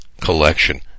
collection